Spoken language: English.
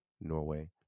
Norway